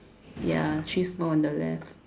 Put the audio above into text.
ya three small on the left